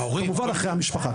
כמובן אחרי המשפחה.